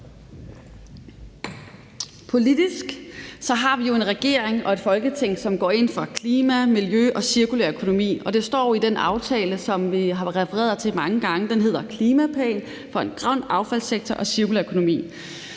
Politisk har vi jo en regering og et Folketing, som går ind for klima, miljø og cirkulær økonomi. Det står i den aftale, som vi har refereret til mange gange. Den hedder Klimaplan for en grøn affaldssektor og cirkulær økonomi.